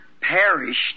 perished